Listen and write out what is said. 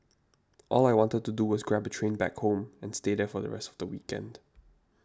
all I wanted to do was grab a train back home and stay there for the rest of the weekend